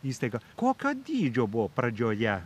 įstaigą kokio dydžio buvo pradžioje